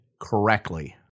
correctly